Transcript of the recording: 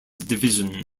division